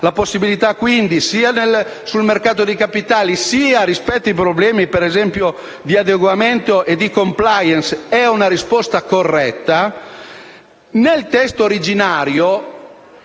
salto di qualità sia sul mercato dei capitali sia rispetto ai problemi - per esempio - di adeguamento e di *compliance* - è una risposta corretta - nel testo originario